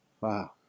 Wow